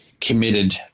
committed